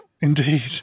indeed